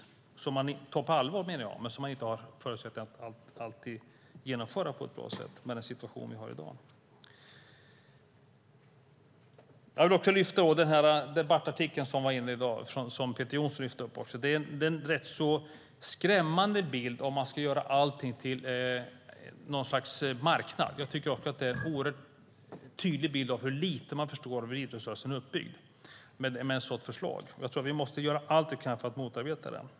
Man tar denna uppgift på allvar, menar jag, men man har inte alltid förutsättningar att genomföra den på ett bra sätt i den situation vi har i dag. Jag ska säga något om den debattartikel som var införd i dag och som också Peter Johnsson lyfte fram. Det är en rätt skrämmande bild av att man ska göra allting till något slags marknad. Jag tycker att ett sådant förslag ger en oerhört tydlig bild av hur lite man förstår av hur idrottsrörelsen är uppbyggd.